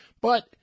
But-